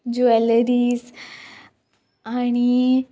jewelleries आणी